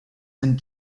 and